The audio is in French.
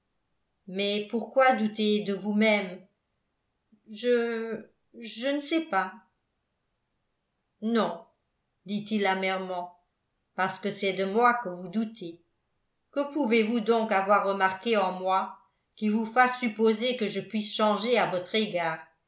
mais pourquoi douter de vous-même je je ne sais pas non dit-il amèrement parce que c'est de moi que vous doutez que pouvez-vous donc avoir remarqué en moi qui vous fasse supposer que je puisse changer à votre égard